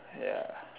ya